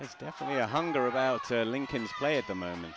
it's definitely a hunger about lincoln's play at the moment